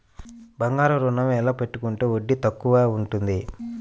బంగారు ఋణం ఎలా పెట్టుకుంటే వడ్డీ తక్కువ ఉంటుంది?